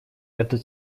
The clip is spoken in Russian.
этот